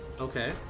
okay